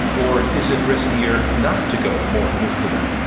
or is it riskier not to go more nuclear?